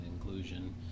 inclusion